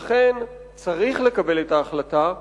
לכן צריך לקבל את ההחלטה.